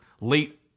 late